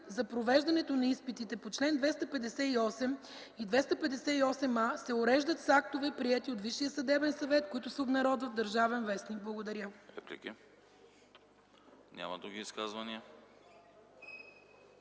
за провеждането на изпитите по чл. 258 и 258а се уреждат с актове, приети от Висшия съдебен съвет, които се обнародват в „Държавен вестник”.”